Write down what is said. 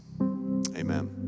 Amen